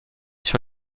sur